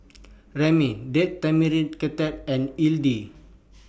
Ramen Date Tamarind and